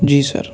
جی سر